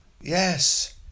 Yes